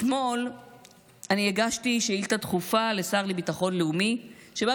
אתמול הגשתי שאילתה דחופה לשר לביטחון לאומי שבה